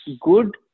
good